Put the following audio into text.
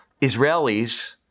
Israelis